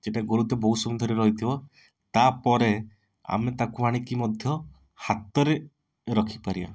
ସେଇଟା ଘୁରୁତେ ବହୁତ ସମୟ ଧରି ରହିଥିବ ତା'ପରେ ଆମେ ତାକୁ ଆଣିକି ମଧ୍ୟ ହାତରେ ରଖିପାରିବା